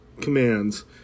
commands